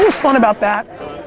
fun about that?